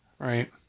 Right